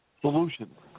solutions